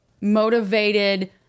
motivated